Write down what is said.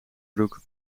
broek